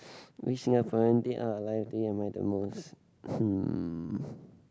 which Singaporean dead or alive do you admire the most